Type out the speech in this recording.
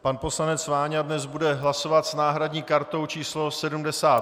Pan poslanec Váňa dnes bude hlasovat s náhradní kartou číslo 78.